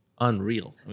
Unreal